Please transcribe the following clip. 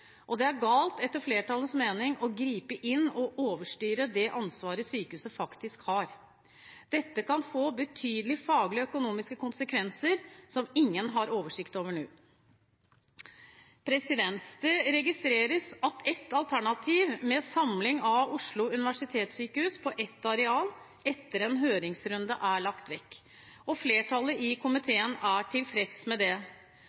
og det er galt, etter flertallets mening, å gripe inn og overstyre det ansvaret som sykehuset faktisk har. Dette kan få betydelige faglige og økonomiske konsekvenser som ingen har oversikt over nå. Det registreres at et alternativ med samling av Oslo universitetssykehus på ett areal etter en høringsrunde er lagt vekk, og flertallet i komiteen er tilfreds med det.